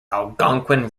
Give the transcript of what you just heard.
algonquin